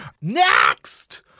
Next